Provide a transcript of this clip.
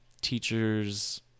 teachers